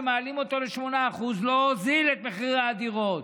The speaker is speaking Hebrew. כשהעלו אותו ל-8% זה לא הוריד את מחירי הדירות,